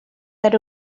that